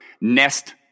nest